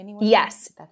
Yes